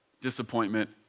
disappointment